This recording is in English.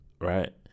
Right